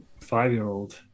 five-year-old